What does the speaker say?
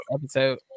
episode